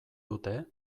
dute